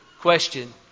question